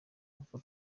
kuko